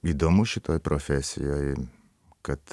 įdomu šitoj profesijoj kad